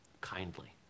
Kindly